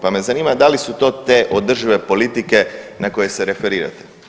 Pa me zanima da li su to te održive politike na koje se referirate?